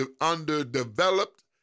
underdeveloped